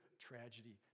tragedy